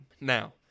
Now